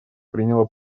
приняло